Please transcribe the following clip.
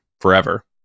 forever